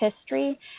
history